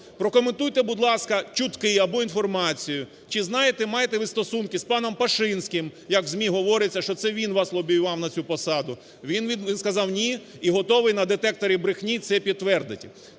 Прокоментуйте, будь ласка, чутки або інформацію, чи знаєте, маєте ви стосунки з паном Пашинським, як в ЗМІ говориться, що це він вас лобіював на цю посаду. Він сказав, ні і готовий на детекторі брехні це підтвердити.